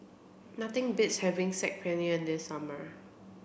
nothing beats having Saag Paneer in the summer